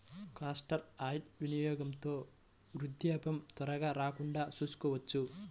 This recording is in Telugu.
కాస్టర్ ఆయిల్ వినియోగంతో వృద్ధాప్యం త్వరగా రాకుండా చూసుకోవచ్చు